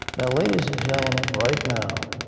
now, ladies and gentlemen, right now,